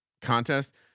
contest